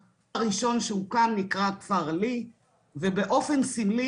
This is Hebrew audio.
המוסד הראשון שהוקם נקרא כפר לי ובאופן סמלי